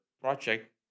project